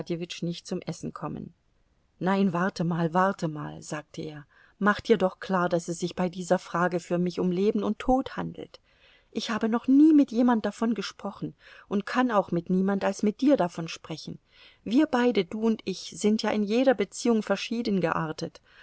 nicht zum essen kommen nein warte mal warte mal sagte er mach dir doch klar daß es sich bei dieser frage für mich um leben und tod handelt ich habe noch nie mit jemand davon gesprochen und kann auch mit niemand als mit dir davon sprechen wir beide du und ich sind ja in jeder beziehung verschieden geartet